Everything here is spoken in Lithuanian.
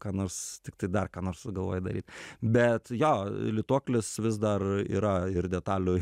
ką nors tiktai dar ką nors sugalvoji daryt bet jo lituoklis vis dar yra ir detalių